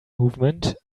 movement